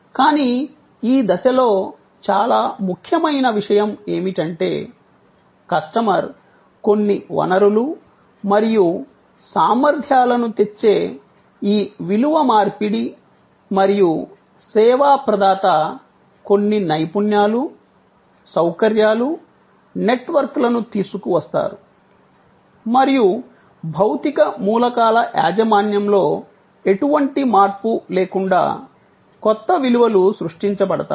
కానీ ఈ దశలో చాలా ముఖ్యమైన విషయం ఏమిటంటే కస్టమర్ కొన్ని వనరులు మరియు సామర్థ్యాలను తెచ్చే ఈ విలువ మార్పిడి మరియు సేవా ప్రదాత కొన్ని నైపుణ్యాలు సౌకర్యాలు నెట్వర్క్లను తీసుకు వస్తారు మరియు భౌతిక మూలకాల యాజమాన్యంలో ఎటువంటి మార్పు లేకుండా కొత్త విలువలు సృష్టించబడతాయి